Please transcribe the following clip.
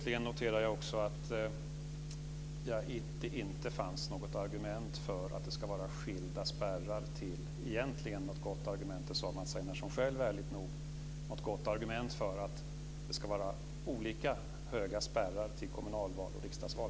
Jag noterar slutligen att det inte fanns något gott argument - det sade Mats Einarsson själv ärligt nog - för att det ska vara olika höga spärrar till kommunalval och riksdagsval.